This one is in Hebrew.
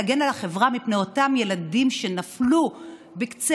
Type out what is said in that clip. להגן על החברה מפני אותם ילדים שנפלו בקצה